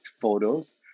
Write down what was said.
photos